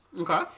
Okay